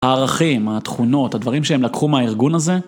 הערכים, התכונות, הדברים שהם לקחו מהארגון הזה.